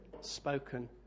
spoken